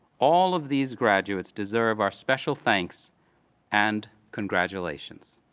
all of these graduates deserve our special thanks and congratulations.